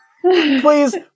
please